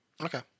Okay